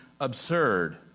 absurd